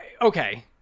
Okay